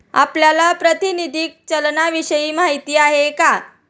आपल्याला प्रातिनिधिक चलनाविषयी माहिती आहे का?